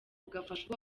gufasha